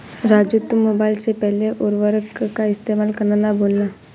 राजू तुम मोबाइल से पहले उर्वरक का इस्तेमाल करना ना भूलना